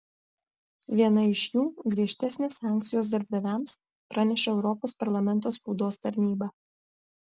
viena iš jų griežtesnės sankcijos darbdaviams praneša europos parlamento spaudos tarnyba